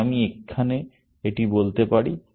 তাই আমি এখানে এটি বলতে পারি